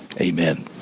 amen